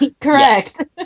Correct